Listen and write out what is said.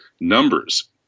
numbers